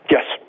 Yes